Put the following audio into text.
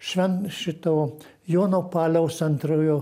šven šito jono paliaus antrojo